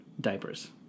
diapers